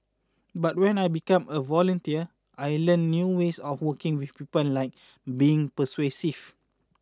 but when I became a volunteer I learnt new ways of working with people like being persuasive